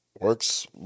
Works